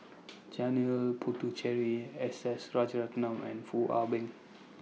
Janil Puthucheary S S and Foo Ah Bee